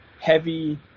heavy